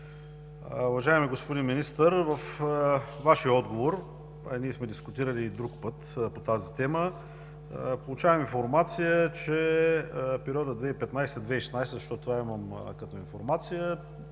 Уважаеми господин Министър, във Вашия отговор, ние сме дискутирали и друг път по тази тема, получавам информация, че за периода 2015 – 2016 г., защото това имам като информация,